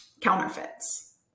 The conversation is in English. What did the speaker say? counterfeits